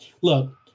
Look